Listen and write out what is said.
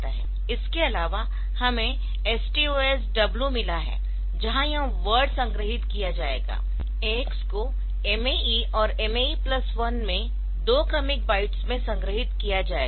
इसके अलावा हमें STOSW मिला है जहां यह वर्ड संग्रहीत किया जाएगा AX को MAE और MAE प्लस 1 में दो क्रमिक बाइट्स में संग्रहीत किया जाएगा